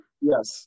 Yes